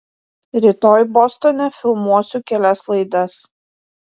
rytoj bostone filmuosiu kelias laidas